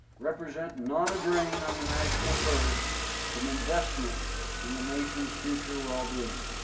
represent not a drain on the national purse, but an investment in the nation's future well-being.